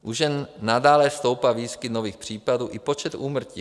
U žen nadále stoupá výskyt nových případů i počet úmrtí.